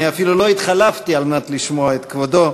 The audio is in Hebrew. אני אפילו לא התחלפתי, כדי לשמוע את כבודו.